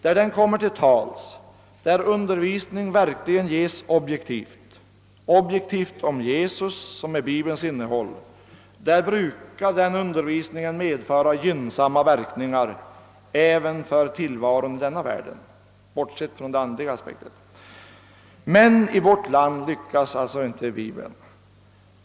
Där den kommer till tals, där undervisning verkligen ges objektivt — objektivt om Jesus som är Bibelns innehåll — brukar undervisningen medföra gynnsamma verkningar även för tillvaron i denna världen, bortsett från de andliga aspekterna. Men i vårt land lyckas alltså inte Bibeln.